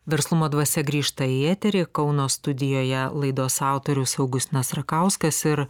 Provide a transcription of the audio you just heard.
verslumo dvasia grįžta į eterį kauno studijoje laidos autorius augustinas rakauskas ir